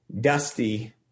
Dusty